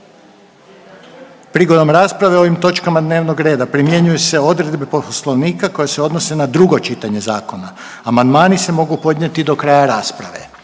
Prigodom rasprave o ovim točkama dnevnog reda primjenjuju se odredbe poslovnika koje se odnose na drugo čitanje zakona. Amandmani se mogu podnijeti do kraja rasprave.